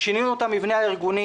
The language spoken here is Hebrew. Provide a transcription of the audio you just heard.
שינינו את המבנה הארגוני,